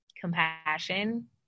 Compassion